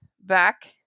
back